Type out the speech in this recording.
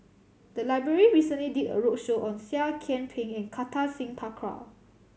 the library recently did a roadshow on Seah Kian Peng and Kartar Singh Thakral